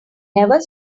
never